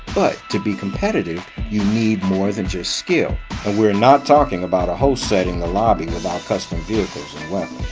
but to be competitive you need more than just skill and we're not talking about a host setting the lobby without custom vehicles and